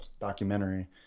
documentary